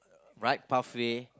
right pathway